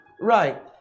Right